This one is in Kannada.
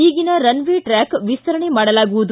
ಈಗಿನ ರನ್ ವೇ ಟ್ರಾಕ್ ವಿಸ್ತರಣೆ ಮಾಡಲಾಗುವುದು